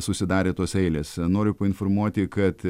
susidarė tos eilės noriu painformuoti kad